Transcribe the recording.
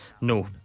No